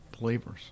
believers